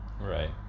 Right